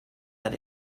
that